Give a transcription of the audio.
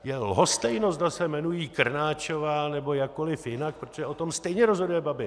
Je lhostejno, zda se jmenují Krnáčová nebo jakkoli jinak, protože o tom stejně rozhoduje Babiš.